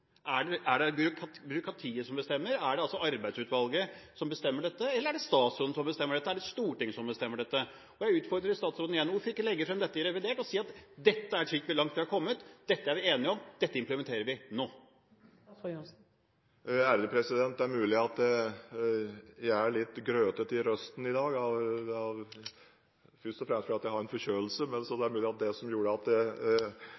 Er det byråkratiet som bestemmer? Er det arbeidsutvalget, som bestemmer dette, eller er det statsråden eller Stortinget som bestemmer dette? Jeg utfordrer statsråden igjen: Hvorfor kan man ikke legge frem dette i revidert og si at dette er så langt vi har kommet, dette er vi enige om, og dette implementerer vi nå? Det er mulig at jeg er litt grøtete i røsten i dag, først og fremst fordi jeg har en forkjølelse, og det er mulig at det